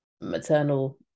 Maternal